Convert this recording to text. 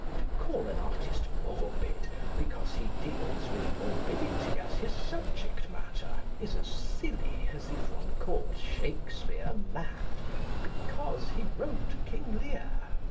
to call an artist morbid because he deals with morbidity as his subject-matter is as silly as if one called shakespeare mad because he wrote king lear